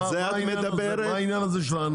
מה העניין הזה של האנכי?